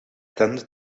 tended